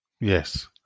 Yes